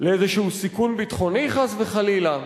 לאיזה סיכון ביטחוני, חס וחלילה.